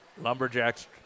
Lumberjacks